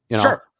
Sure